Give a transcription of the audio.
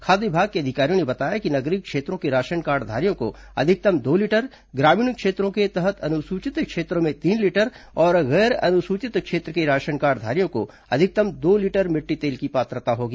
खाद्य विभाग के अधिकारियों ने बताया कि नगरीय क्षेत्रों के राशन कार्डधारियों को अधिकतम दो लीटर ग्रामीण क्षेत्रों के तहत अनुसूचित क्षेत्रों में तीन लीटर और गैर अनुसूचित क्षेत्र के राशन कार्डधारियों को अधिकतम दो लीटर मिट्टी तेल की पात्रता होगी